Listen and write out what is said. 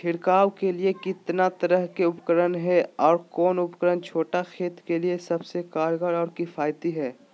छिड़काव के लिए कितना तरह के उपकरण है और कौन उपकरण छोटा खेत के लिए सबसे कारगर और किफायती है?